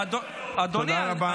תודה רבה.